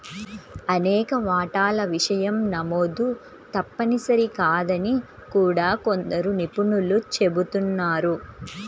అనేక వాటాల విషయం నమోదు తప్పనిసరి కాదని కూడా కొందరు నిపుణులు చెబుతున్నారు